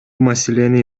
маселени